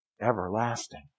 everlasting